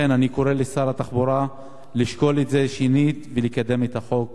לכן אני קורא לשר התחבורה לשקול את זה שנית ולקדם את החוק,